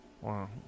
Wow